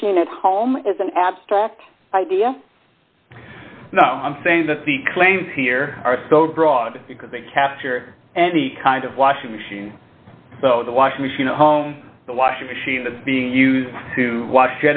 machine at home is an abstract idea no i'm saying that the claims here are so broad because they capture any kind of washing machine so the washing machine at home the washing machine that is being used to watch